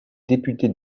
députés